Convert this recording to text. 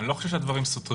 אני לא חושב שהדברים סותרים.